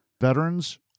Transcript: Veterans